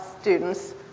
students